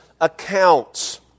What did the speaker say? accounts